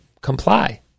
comply